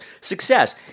success